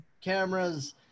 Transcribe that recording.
cameras